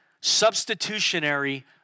substitutionary